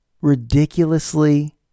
ridiculously